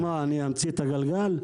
אז אני אמציא את הגלגל?